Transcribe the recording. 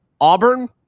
Auburn